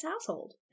household